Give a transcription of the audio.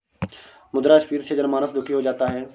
मुद्रास्फीति से जनमानस दुखी हो जाता है